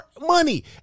money